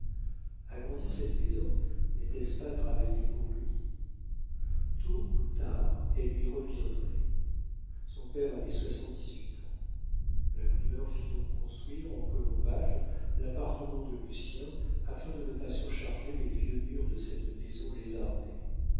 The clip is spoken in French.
paternelle agrandir cette maison n'était-ce pas travailler pour lui tôt ou tard elle lui reviendrait son père avait soixante-dix-huit ans l'imprimeur fit donc construire en colombage l'appartement de lucien afin de ne pas surcharger les vieux murs de cette maison lézardée